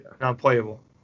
Non-playable